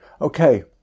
okay